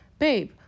babe